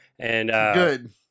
Good